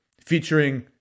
featuring